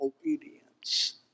obedience